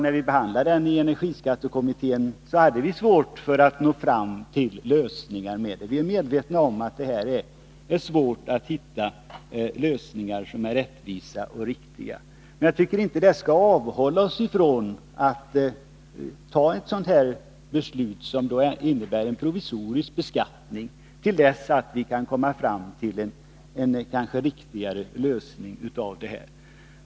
När vi behandlade den i energiskattekommittén hade vi svårt att nå fram till lösningar. Vi är medvetna om att det är svårt att här finna lösningar som är rättvisa och riktiga. Men jag tycker inte att det skall avhålla oss från att fatta ett beslut som innebär en provisorisk beskattning till dess vi kan komma fram till en riktigare lösning av problemen.